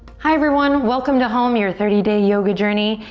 hi, everyone. welcome to home, your thirty day yoga journey.